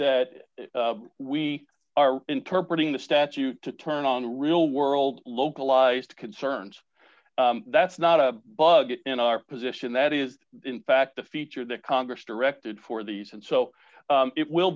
that we are interpreting the statute to turn on real world localized concerns that's not a bug in our position that is in fact a feature that congress directed for these and so it will